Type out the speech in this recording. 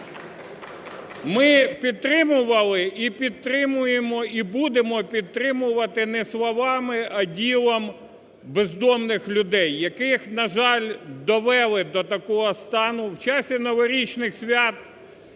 і підтримуємо, і будемо підтримувати не словами, а ділом бездомних людей, яких, на жаль, довели до такого стану. В часі новорічних свят